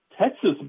Texas